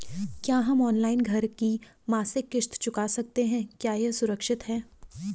क्या हम ऑनलाइन घर की मासिक किश्त चुका सकते हैं क्या यह सुरक्षित है?